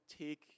take